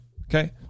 okay